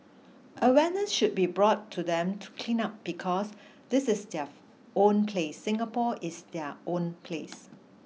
awareness should be brought to them to clean up because this is their own place Singapore is their own place